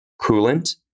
coolant